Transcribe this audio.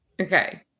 Okay